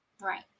Right